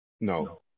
no